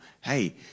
hey